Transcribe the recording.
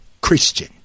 Christian